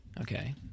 Okay